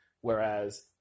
Whereas